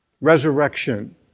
Resurrection